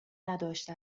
نداشته